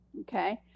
okay